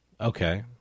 Okay